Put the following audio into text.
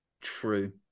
True